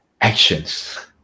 actions